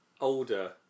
older